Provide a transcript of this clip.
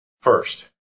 First